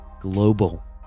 global